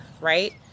Right